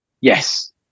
yes